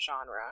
genre